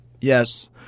Yes